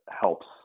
helps